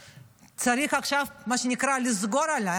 צריך עכשיו, מה שנקרא, לסגור עליי.